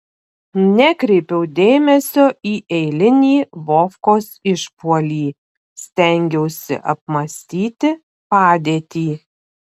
nekreipiau dėmesio į eilinį vovkos išpuolį stengiausi apmąstyti padėtį